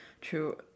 True